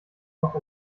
noch